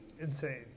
insane